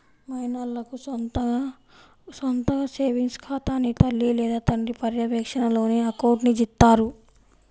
మైనర్లకు సొంతగా సేవింగ్స్ ఖాతాని తల్లి లేదా తండ్రి పర్యవేక్షణలోనే అకౌంట్ని ఇత్తారు